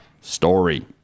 story